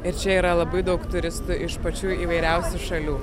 ir čia yra labai daug turistų iš pačių įvairiausių šalių